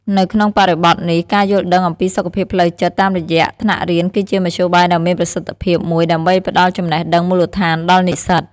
នៅក្នុងបរិបទនេះ ការយល់ដឹងអំពីសុខភាពផ្លូវចិត្តតាមរយៈថ្នាក់រៀនគឺជាមធ្យោបាយដ៏មានប្រសិទ្ធភាពមួយដើម្បីផ្ដល់ចំណេះដឹងមូលដ្ឋានដល់និស្សិត។